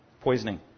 poisoning